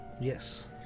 Yes